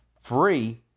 free